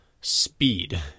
speed